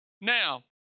Now